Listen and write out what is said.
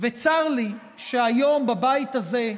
וצר לי שהיום בבית הזה,